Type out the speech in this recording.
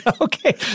Okay